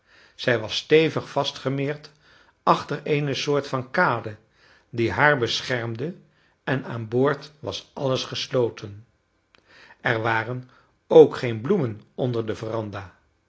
zij was stevig vastgemeerd achter eene soort van kade die haar beschermde en aan boord was alles gesloten er waren ook geen bloemen onder de veranda